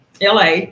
la